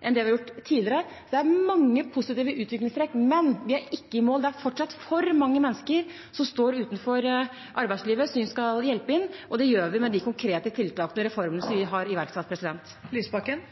enn tidligere. Det er mange positive utviklingstrekk, men vi er ikke i mål. Det er fortsatt for mange mennesker som står utenfor arbeidslivet, som vi skal hjelpe inn, og det gjør vi med de konkrete tiltakene og reformene som vi har iverksatt. Audun Lysbakken –